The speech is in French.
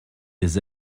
des